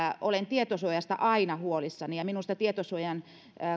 olen tietosuojasta aina huolissani ja minusta tietosuojan